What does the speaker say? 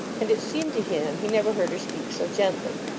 and it seemed to him he never heard her speak so gently,